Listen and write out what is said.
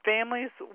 Families